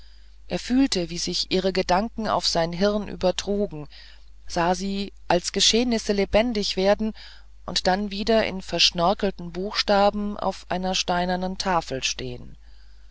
er fühlte wie sich ihre gedanken auf sein hirn übertrugen sah sie als geschehnisse lebendig werden und dann wieder in verschnörkelten buchstaben auf einer steinernen tafel stehen